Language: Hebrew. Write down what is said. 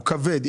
כבד,